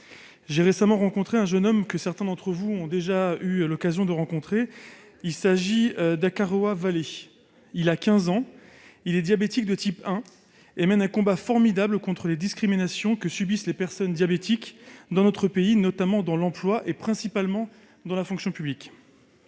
J'ai récemment fait la connaissance d'un jeune homme que certains d'entre vous ont déjà eu, eux aussi, l'occasion de rencontrer : Hakaroa Vallé. Âgé de 15 ans, il est diabétique de type 1 et mène un combat formidable contre les discriminations que subissent les personnes diabétiques dans notre pays, notamment dans l'emploi, principalement dans la fonction publique.